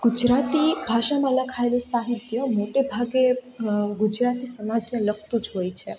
ગુજરાતી ભાષામાં લખાયેલું સાહિત્ય મોટેભાગે ગુજરાતી સમાજને લગતું જ હોય છે